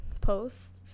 post